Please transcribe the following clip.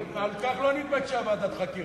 אבל על כך לא נתבקשה ועדת חקירה.